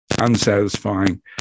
unsatisfying